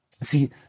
See